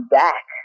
back